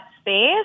space